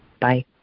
bye